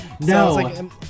No